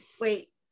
wait